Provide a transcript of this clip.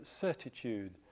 certitude